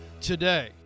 today